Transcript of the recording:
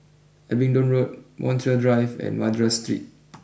Abingdon Road Montreal Drive and Madras Street